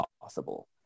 possible